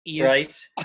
Right